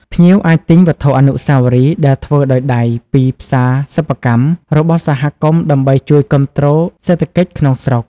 ភ្ញៀវអាចទិញវត្ថុអនុស្សាវរីយ៍ដែលធ្វើដោយដៃពី ផ្សារសិប្បកម្ម របស់សហគមន៍ដើម្បីជួយគាំទ្រសេដ្ឋកិច្ចក្នុងស្រុក។